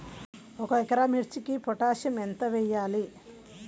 ఒక ఎకరా మిర్చీకి పొటాషియం ఎంత వెయ్యాలి?